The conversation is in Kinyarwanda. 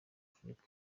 afurika